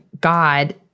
God